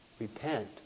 Repent